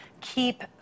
keep